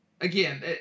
Again